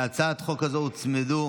להצעת החוק הזאת הוצמדו